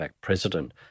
president